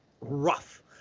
Rough